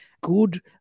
good